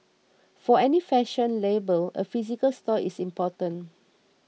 for any fashion label a physical store is important